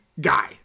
guy